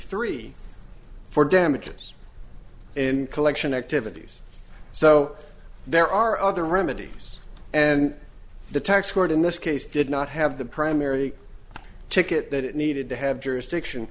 three for damages in collection activities so there are other remedies and the tax court in this case did not have the primary ticket that it needed to have jurisdiction